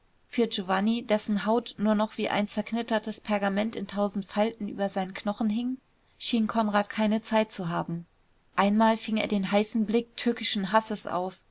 für giovanni dessen haut nur noch wie ein zerknittertes pergament in tausend falten über seinen knochen hing schien konrad keine zeit zu haben einmal fing er den heißen blick tückischen hasses auf